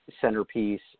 centerpiece